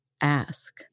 ask